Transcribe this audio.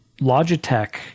Logitech